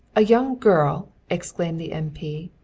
a young girl! exclaimed the m. p.